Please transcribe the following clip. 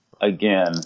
again